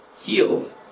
healed